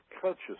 consciousness